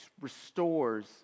restores